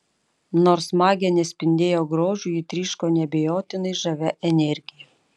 nors magė nespindėjo grožiu ji tryško neabejotinai žavia energija